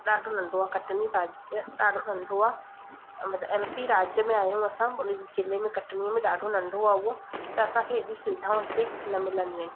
ॾाढो नंढो आहे कटनी राज्य ॾाढो नंढो आहे मतिलबु एमपी राज्य में आहियूं असां उन ज़िले में कटनी में ॾाढो नंढो आहे उहो त असांखे एॾियूं सुविधाऊं हिते न मिलंदियूं आहिनि